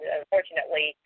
unfortunately